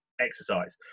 exercise